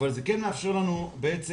אבל זה כן מאפשר לנו בעצם